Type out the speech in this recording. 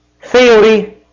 theory